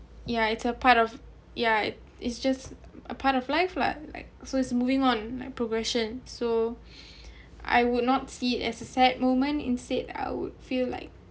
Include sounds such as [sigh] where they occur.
ya it's a part of it it's just a part of life lah like so it's moving on like progression so [breath] I would not see it as a sad moment instead I would feel like